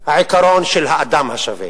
העיקרון של האדם השווה,